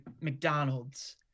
mcdonald's